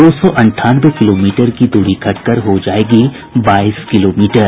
दो सौ अंठानवे किलोमीटर की दूरी घटकर हो जायेगी बाईस किलोमीटर